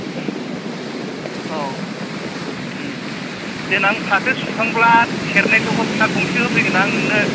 औ देनां फाथो सुखांब्ला सेरनायथोखौ ट्राख गंसे होफैगोन आं नोंनो